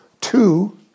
Two